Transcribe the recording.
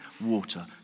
water